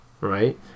right